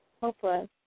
Hopeless